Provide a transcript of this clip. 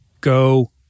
Go